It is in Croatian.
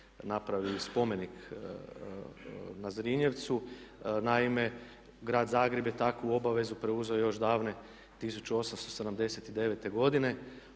napravi i spomenik na Zrinjevcu. Naime, grad Zagreb je takvu obavezu preuzeo još davne 1879. godine,